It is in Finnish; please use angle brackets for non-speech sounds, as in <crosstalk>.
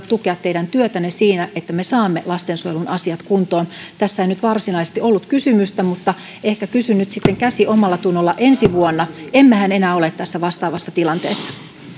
<unintelligible> tukea teidän työtänne siinä että me saamme lastensuojelun asiat kuntoon tässä ei nyt varsinaisesti ollut kysymystä mutta ehkä kysyn nyt sitten käsi omallatunnolla emmehän enää ole tässä vastaavassa tilanteessa